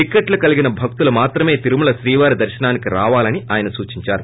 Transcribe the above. టిక్కెట్లు కలిగిన భక్తులు మాత్రమే తిరుమల శ్రీవారి దర్శనానికి రావాలని ఆయన సూచిందారు